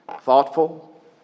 thoughtful